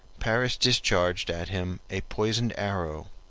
paris discharged at him a poisoned arrow,